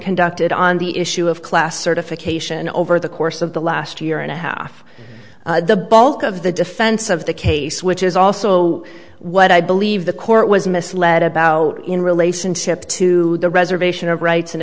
conducted on the issue of class certification over the course of the last year and a half the bulk of the defense of the case which is also what i believe the court was misled about in relationship to the reservation of rights and